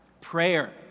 Prayer